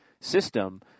system